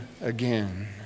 again